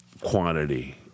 quantity